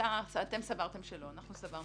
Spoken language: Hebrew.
אתם סברתם שלא, אנחנו סברנו שכן.